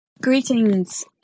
Greetings